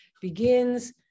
begins